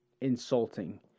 insulting